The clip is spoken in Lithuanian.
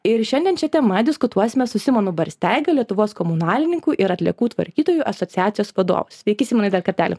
ir šiandien šia tema diskutuosime su simonu barsteiga lietuvos komunalininkų ir atliekų tvarkytojų asociacijos vadovu sveiki simonai dar kartelį